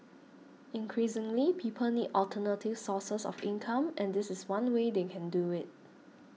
increasingly people need alternative sources of income and this is one way they can do it